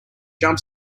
jump